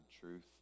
truth